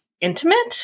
intimate